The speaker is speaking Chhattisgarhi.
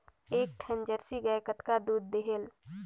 एक ठन जरसी गाय कतका दूध देहेल?